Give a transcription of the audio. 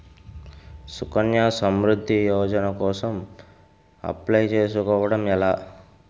సుకన్య సమృద్ధి యోజన కోసం అప్లయ్ చేసుకోవడం ఎలా?